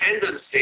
tendency